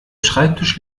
schreibtisch